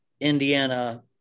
Indiana